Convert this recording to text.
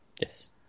Yes